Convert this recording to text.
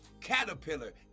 caterpillar